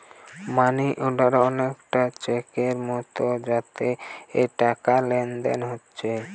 মানি order অনেকটা চেকের মতো যাতে টাকার লেনদেন হোচ্ছে